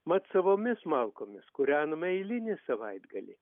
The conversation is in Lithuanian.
mat savomis malkomis kūrenam eilinį savaitgalį